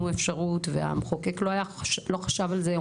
אפשרות והמחוקק בעבר לא היה חושב על זה,